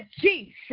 Jesus